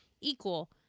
equal